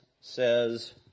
says